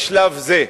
בשלב זה.